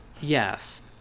Yes